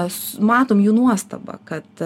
mes matom jų nuostabą kad